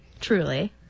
Truly